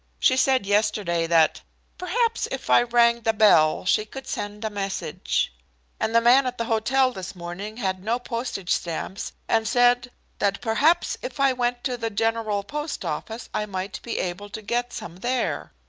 she said yesterday that perhaps, if i rang the bell, she could send a message and the man at the hotel this morning had no postage stamps, and said that perhaps if i went to the general post office i might be able to get some there.